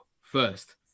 first